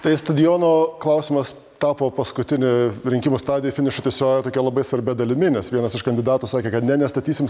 tai stadiono klausimas tapo paskutine rinkimų stadija finišo tiesiojoje tokia labai svarbia dalimi nes vienas iš kandidatų sakė kad ne nestatysim